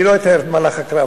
אני לא אתאר את מהלך הקרב.